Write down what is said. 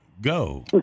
Go